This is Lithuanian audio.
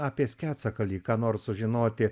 apie sketsakalį ką nors sužinoti